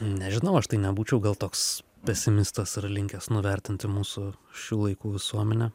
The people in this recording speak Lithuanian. nežinau aš tai nebūčiau gal toks pesimistas ir linkęs nuvertinti mūsų šių laikų visuomenę